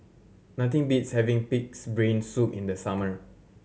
nothing beats having Pig's Brain Soup in the summer